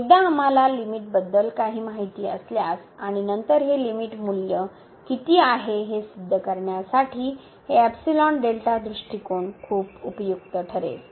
एकदा आम्हाला लिमिट बद्दल काही माहिती असल्यास आणि नंतर हे लिमिट मूल्य कितीही आहे हे सिद्ध करण्यासाठी हे दृष्टिकोन खूप उपयुक्त ठरेल